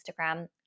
instagram